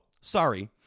sorry